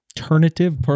alternative